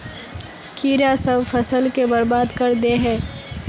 कीड़ा सब फ़सल के बर्बाद कर दे है?